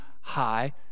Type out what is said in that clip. high